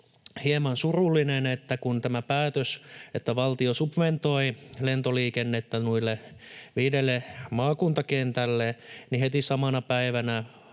hieman surullinen, että kun tehtiin tämä päätös, että valtio subventoi lentoliikennettä noille viidelle maakuntakentälle, niin heti samana päivänä